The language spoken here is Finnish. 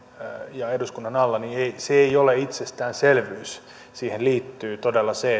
ja eduskunnan alla ei ole itsestäänselvyys siihen liittyy todella se